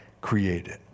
created